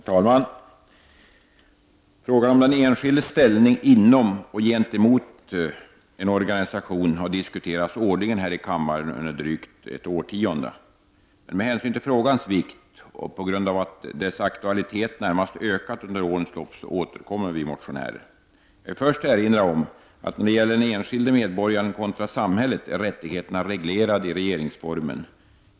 Herr talman! Frågan om den enskildes ställning inom och gentemot en organisation har årligen diskuterats här i kammaren under drygt ett årtionde. Men med hänsyn till frågans vikt och med tanke på att dess aktualitet närmast ökat under årens lopp, återkommer vi motionärer i ärendet. Låt mig först erinra om att den enskilde medborgarens rättigheter kontra samhället är reglerade i regeringsformen.